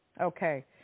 Okay